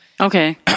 Okay